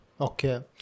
okay